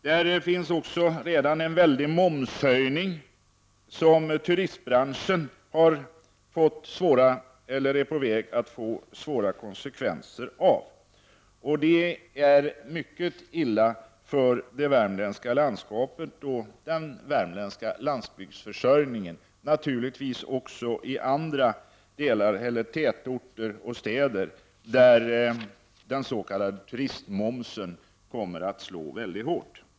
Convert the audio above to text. Där finns också redan en väldig momshöjning som turistbranschen är på väg att få svåra konsekvenser av. Det är mycket illa för det värmländska landskapet och den värmländska landsbygdsförsörjningen, naturligtvis också i andra delar, tätorter och städer, där den s.k. turistmomsen kommer att slå väldigt hårt.